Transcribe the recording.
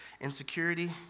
Insecurity